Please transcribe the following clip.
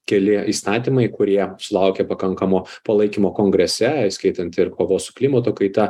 keli įstatymai kurie sulaukė pakankamo palaikymo kongrese įskaitant ir kovos su klimato kaita